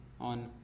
on